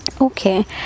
okay